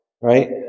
Right